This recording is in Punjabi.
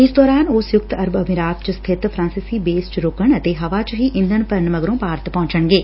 ਇਸ ਦੌਰਾਨ ਉਹ ਸੰਯੁਕਤ ਅਰਬ ਅਮਿਰਾਤ ਚ ਸਬਿਤ ਫਰਾਂਸਿਸੀ ਬੇਸ ਚ ਰੁਕਣ ਅਤੇ ਹਵਾ ਚ ਹੀ ਇੰਧਣ ਭਰਨ ਮਗਰੋਂ ਭਾਰਤ ਪਹੁੰਚਣਗੇ